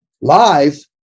live